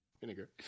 vinegar